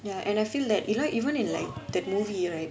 ya and I feel that you know even in like that movie right